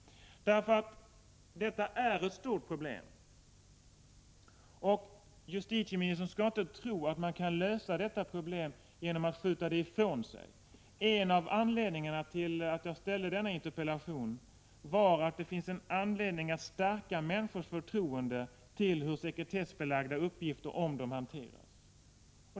Detta är ett stort problem, och justitieministern skall inte tro att man kan lösa problemet genom att skjuta det ifrån sig. En av anledningarna till att jag ställde min interpellation var att det finns anledning att stärka människors förtroende för hur sekretessbelagda uppgifter om dem hanteras.